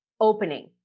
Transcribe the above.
Opening